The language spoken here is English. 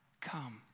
come